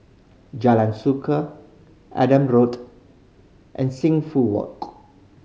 Jalan Suka Adam Road and Sing Foo Walk